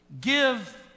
give